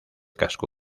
casco